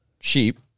sheep